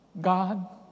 God